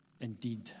indeed